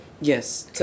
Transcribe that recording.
yes